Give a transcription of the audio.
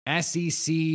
SEC